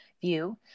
view